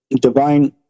divine